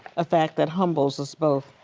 a fact that humbles us both.